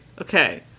okay